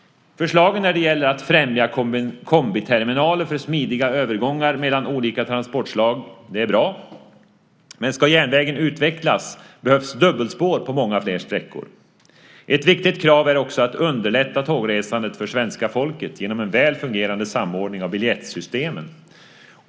Förslagen när det gäller att främja kombiterminaler för smidiga övergångar mellan olika transportslag är bra. Men ska järnvägen utvecklas behövs dubbelspår på många fler sträckor. Ett viktigt krav är också att underlätta tågresandet för svenska folket genom en väl fungerande samordning av biljettsystemen.